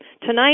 Tonight